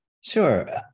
Sure